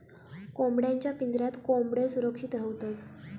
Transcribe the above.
कोंबड्यांच्या पिंजऱ्यात कोंबड्यो सुरक्षित रव्हतत